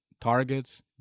targets